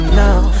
now